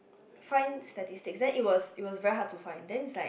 find statistic then it was it was very hard to find then is like